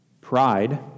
pride